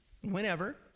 whenever